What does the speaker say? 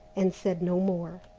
and said no more.